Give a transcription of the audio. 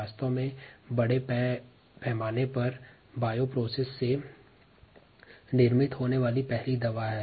वास्तव में इंसुलिन बड़े पैमाने पर जैव प्रक्रिया से निर्मित होने वाली पहली दवा हैं